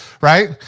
right